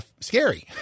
scary